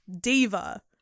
diva